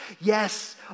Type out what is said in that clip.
Yes